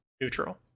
neutral